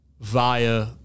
via